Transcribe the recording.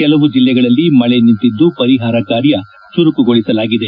ಕೆಲವು ಜಿಲ್ಲೆಗಳಲ್ಲಿ ಮಳೆ ನಿಂತಿದ್ದು ಪರಿಹಾರ ಕಾರ್ಯ ಚುರುಕುಗೊಳಿಸಲಾಗಿದೆ